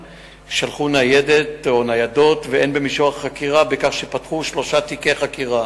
1. לשאילתא בנושא טענה בדבר התנכלות למתפללים יהודים.